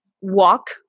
walk